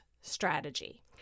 strategy